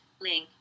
Ling